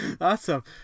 Awesome